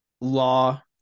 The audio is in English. law